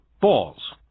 balls